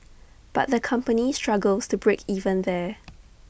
but the company struggles to break even there